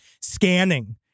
scanning